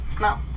No